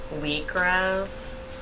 wheatgrass